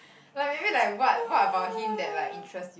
like maybe like what what about him that like interest you